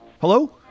Hello